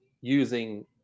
using